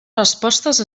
respostes